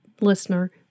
listener –